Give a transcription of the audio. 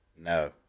no